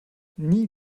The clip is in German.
nie